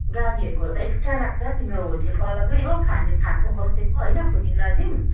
गाडीहरूको त एक्स्ट्रा लाग्छ तिम्रो होटलको अलगै हो खाने खाएको बसेको होइन फुडिङ लजिङ